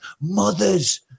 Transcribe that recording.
mothers